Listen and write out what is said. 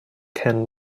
ken